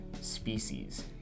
species